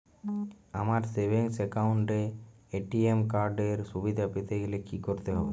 আমার savings account এ ATM card এর সুবিধা পেতে গেলে কি করতে হবে?